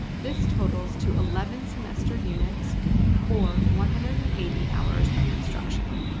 this totals to eleven semester units or one hundred and eighty hours of instruction.